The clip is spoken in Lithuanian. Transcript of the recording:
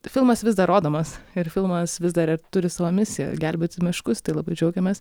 filmas vis dar rodomas ir filmas vis dar ir turi savo misiją gelbėti miškus tai labai džiaugiamės